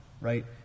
Right